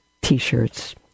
T-shirts